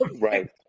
right